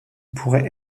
pourraient